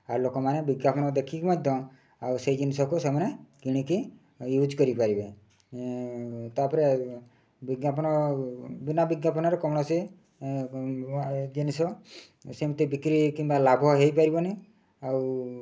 ଆଉ ଲୋକମାନେ ବିଜ୍ଞାପନ ଦେଖିକି ମଧ୍ୟ ଆଉ ସେହି ଜିନିଷକୁ ସେମାନେ କିଣିକି ୟୁଜ୍ କରିପାରିବେ ତା'ପରେ ବିଜ୍ଞାପନ ବିନା ବିଜ୍ଞାପନରେ କୌଣସି ଜିନିଷ ସେମିତି ବିକ୍ରି କିମ୍ବା ଲାଭ ହୋଇପାରିବନି ଆଉ